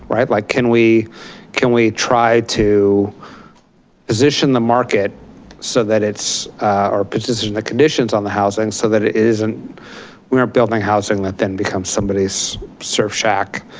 right? like can we can we try to position the market so that it's or position the conditions on the housing so that is and we are building housing that then becomes somebody surf shack,